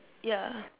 ya